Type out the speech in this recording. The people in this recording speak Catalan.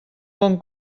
bon